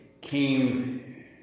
came